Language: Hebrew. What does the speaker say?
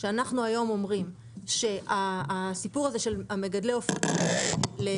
שאנחנו היום אומרים שהסיפור הזה של מגדלי העופות לפטם,